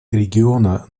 региона